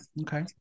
okay